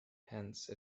hence